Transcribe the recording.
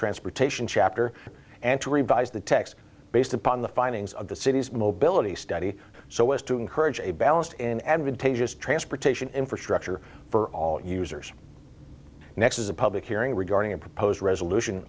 transportation chapter and to revise the text based upon the findings of the city's mobility study so as to encourage a balanced in advantageous transportation infrastructure for all users next is a public hearing regarding a proposed resolution